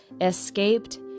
escaped